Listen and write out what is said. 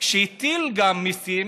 שהטיל גם מיסים,